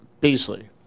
Beasley